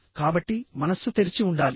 కాబట్టి మనస్సు తెరిచి ఉండాలి